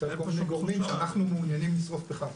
מצד כל מיני גורמים שאנחנו מעוניינים לשרוף פחם.